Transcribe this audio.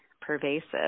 pervasive